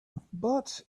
but